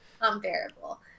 unbearable